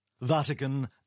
Vatican